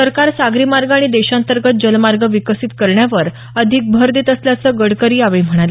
सरकार सागरी मार्ग आणि देशांतर्गत जलमार्ग विकसित करण्यावर अधिक भर देत असल्याचं गडकरी यावेळी म्हणाले